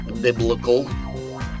biblical